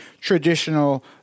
traditional